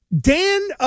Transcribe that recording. Dan